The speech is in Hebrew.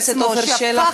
חבר הכנסת עפר שלח,